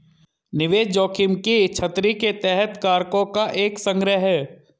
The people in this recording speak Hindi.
निवेश जोखिम की छतरी के तहत कारकों का एक संग्रह है